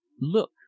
Look